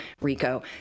Rico